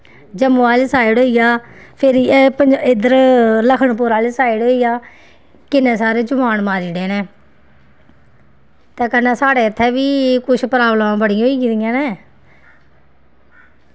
जम्मू आह्ली साइड होई गेआ फिर एह् पंज इद्धर लखनपुर आह्ली साइड होई गेआ किन्ने सारे जुआन मारी ओड़े इ'नें ते कन्नै साढ़ै इत्थै बी कुछ प्रब्लमां बड़ी होई गेदियां न